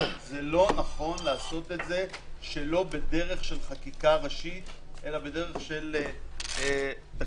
לא נכון לעשות זאת שלא בדרך של חקיקה ראשית אלא בדרך של תקנות.